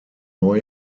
neu